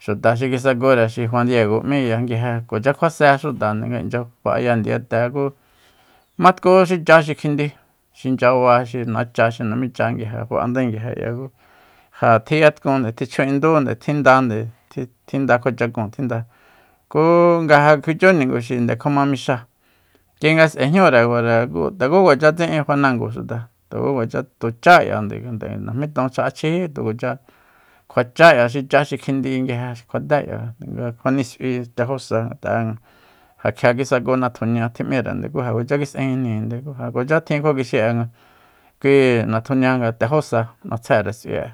Xuta xi kisakure xi juan diego m'íya nguije kuacha kjua se xuta nga inchya fa'aya ndiyate ku matku xi cha xi kjindi xi nchyaba xi nacha xi namicha nguije fa'andae nguije k'ia ku ja tjiya tkun tichjuindúnde tjindande tjinda kjua chakun tjinda ku nga ja kjuichu ningunde kjuama mixáa kui nga s'ae jñure kure tuku kuacha tsi'in fanango xuta tuku kuacha tu chá k'iande ngate najmí ton chja'achjijí tukuacha kjuachák'ia xi kjindi nguije kjua té k'ia nga kjuanis'ui tejo sa ngat'a ja kjia kisaku natjunia tji'mírende ku ja kuacha kis'ejinjninde ku ja kuacha tjin kjua kixi'e kui natjunia nga tejósa n'atsjére s'ui'e